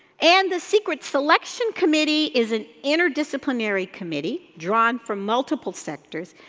and the secret selection committee is an interdisciplinary committee drawn from multiple sectors.